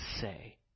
say